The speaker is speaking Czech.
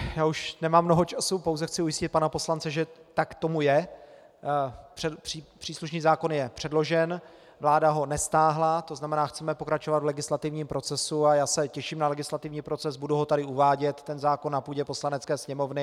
Já už nemám mnoho času, pouze chci ujistit pana poslance, že tak tomu je, příslušný zákon je předložen, vláda ho nestáhla, to znamená, že chceme pokračovat v legislativním procesu, a já se těším na legislativní proces, budu ten zákon uvádět na půdě Poslanecké sněmovny.